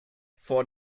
vor